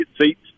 seats